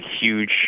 huge